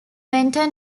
enter